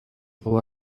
слово